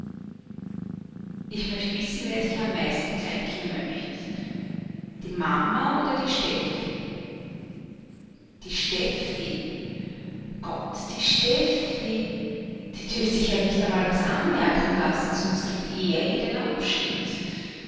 ich möcht wissen wer sich am meisten kränken möcht die mama oder die steffi die steffi gott die steffi die dürft sich ja nicht einmal was anmerken lassen sonst gibt er ihr den abschied